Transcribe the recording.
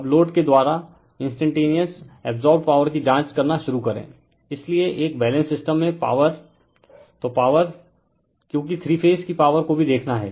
अब लोड के द्वारा इंस्टेंटेनिअस अब्सोर्बड पॉवर की जाँच करना शुरू करें इसलिए एक बैलेंस्ड सिस्टम में पॉवर तो पॉवर क्योंकि थ्री फेज की पॉवर को भी देखना है